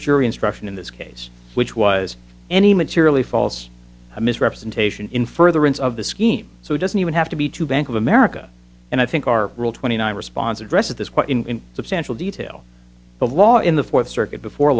jury instruction in this case which was any materially false a misrepresentation in furtherance of the scheme so it doesn't even have to be to bank of america and i think our rule twenty nine response addresses this quite in substantial detail the law in the fourth circuit before